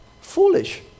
foolish